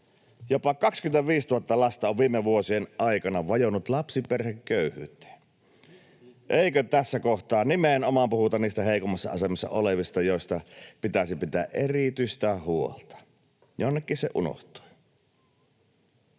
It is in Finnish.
Jopa 25 000 lasta on viime vuosien aikana vajonnut lapsiperheköyhyyteen. Eikö tässä kohtaa nimenomaan puhuta niistä heikoimmassa asemassa olevista, joista pitäisi pitää erityistä huolta? Jonnekin se unohtui.